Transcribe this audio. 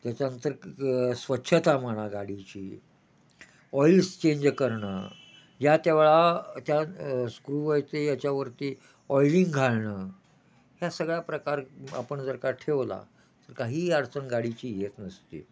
त्याच्यानंतर क स्वच्छता म्हणा गाडीची ऑइल्स चेंज करणं या त्या वेळा त्या स्क्रूवायचे याच्यावरती ऑइलिंग घालणं ह्या सगळ्या प्रकार आपण जर का ठेवला तर काहीही अडचण गाडीची येत नसते